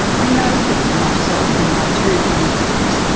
i know that for myself, when my term concludes,